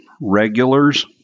regulars